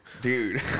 Dude